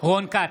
רון כץ,